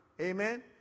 Amen